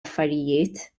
affarijiet